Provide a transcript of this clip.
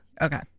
Okay